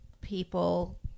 people